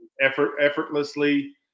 effortlessly